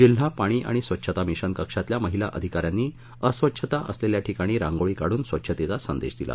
जिल्हा पाणी आणि स्वच्छता मिशन कक्षातल्या महिला अधिका यांनी अस्वच्छता असलेल्या ठिकाणी रांगोळी काढून स्वच्छतेचा संदेश दिला